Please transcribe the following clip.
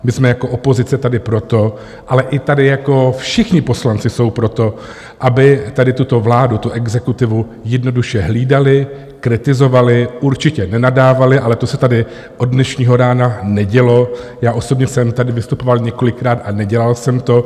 My jsme jako opozice tady proto všichni poslanci jsou tady proto, aby tuto vládu, tu exekutivu jednoduše hlídali, kritizovali, určitě nenadávali, ale to se tady od dnešního rána nedělo, já osobně jsem tady vystupoval několikrát a nedělal jsem to.